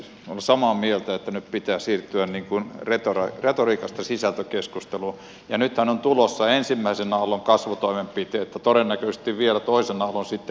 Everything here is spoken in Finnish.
olen samaa mieltä että nyt pitää siirtyä retoriikasta sisältökeskusteluun ja nythän ovat tulossa ensimmäisen aallon kasvutoimenpiteet ja todennäköisesti vielä toisen aallon sitten helmikuussa